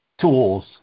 tools